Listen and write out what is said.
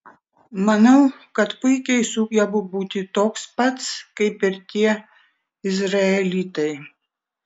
manau kad puikiai sugebu būti toks pats kaip ir tie izraelitai